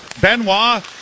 Benoit